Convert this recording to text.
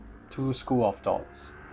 two school of thoughts